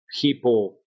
people